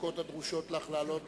הדקות הדרושות לך להעלות